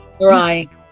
right